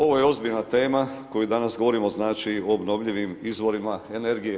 Ovo je ozbiljna tema koju danas govorimo znači o obnovljivim izvorima energije.